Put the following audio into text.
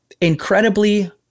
incredibly